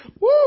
Woo